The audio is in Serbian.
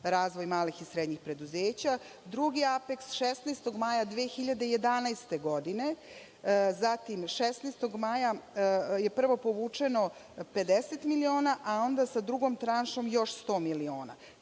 razvoj malih i srednjih preduzeća. Drugi apeks 16. maja 2011. godine, zatim 16. maja je prvo povučeno 50 miliona, a onda sa drugom tranšom još 100 miliona.